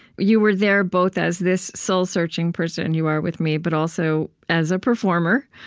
you were there both as this soul-searching person you are with me, but also as a performer,